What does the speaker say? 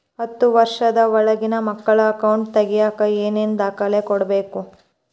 ಹತ್ತುವಷ೯ದ ಒಳಗಿನ ಮಕ್ಕಳ ಅಕೌಂಟ್ ತಗಿಯಾಕ ಏನೇನು ದಾಖಲೆ ಕೊಡಬೇಕು?